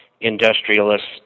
industrialists